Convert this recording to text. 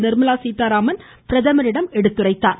நிர்மலா சீத்தாராமன் பிரதமரிடம் எடுத்துரைத்ததார்